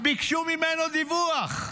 ביקשו ממנו דיווח,